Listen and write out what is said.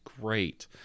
Great